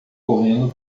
correndo